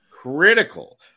Critical